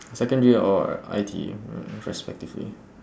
secondary or I_T_E re~ respectively